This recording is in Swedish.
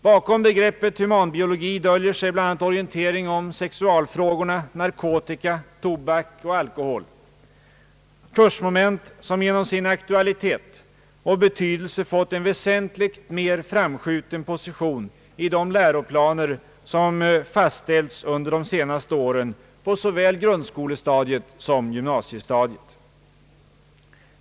Bakom begreppet humanbiologi döljer sig bl.a. orientering om sexualfrågorna, narkotika, tobak och alkohol. Det är kursmoment som genom sin aktualitet och beiydelse fått en väsentligt mer framskjuten position i de läroplaner som fastställts under de senaste åren på såväl grundskolestadiet som det gymnasiala stadiet.